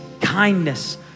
kindness